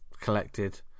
collected